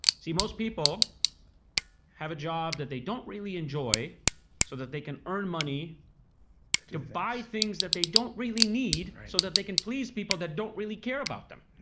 see most people have a job that they don't really enjoy so that they can earn money to buy things that they don't really need so that they can please people that don't really care about them.